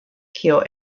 kio